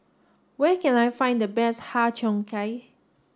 where can I find the best Har Cheong Gai